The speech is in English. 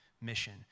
mission